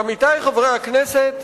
עמיתי חברי הכנסת,